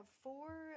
four